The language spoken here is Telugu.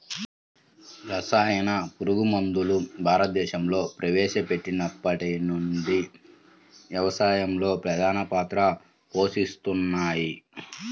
రసాయన పురుగుమందులు భారతదేశంలో ప్రవేశపెట్టినప్పటి నుండి వ్యవసాయంలో ప్రధాన పాత్ర పోషిస్తున్నాయి